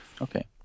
Okay